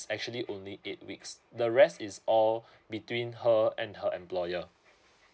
actually only eight weeks the rest is all between her and her employer